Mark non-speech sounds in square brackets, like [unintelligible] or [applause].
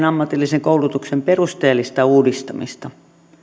[unintelligible] ammatillisen koulutuksen perusteellista uudistamista